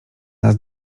nas